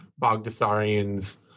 Bogdasarian's